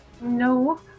No